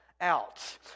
Out